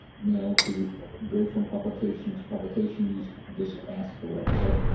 now to go from publication to publication you just ask for what so.